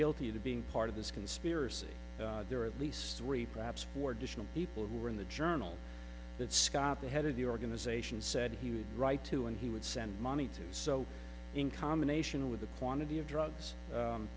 guilty to being part of this conspiracy there at least three perhaps four different people who were in the journal that scott the head of the organization said he would write to and he would send money to so in combination with the quantity of drugs